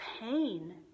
pain